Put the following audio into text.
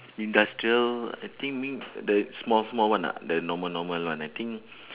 industrial I think mean that small small one ah the normal normal one I think